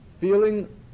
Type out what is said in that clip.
feeling